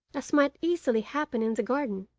as might easily happen in the garden.